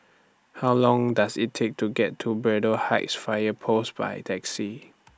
How Long Does IT Take to get to Braddell Heights Fire Post By Taxi